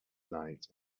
night